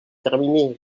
terminé